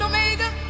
Omega